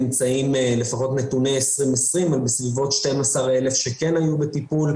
לפי נתוני 2020 אנחנו נמצאים בסביבות 12,000 שכן היו בטיפול,